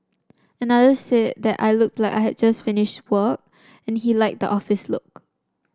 another said that I looked like I had just finished work and he liked the office look